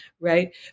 Right